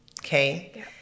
okay